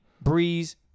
Breeze